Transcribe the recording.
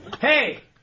Hey